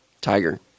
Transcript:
Tiger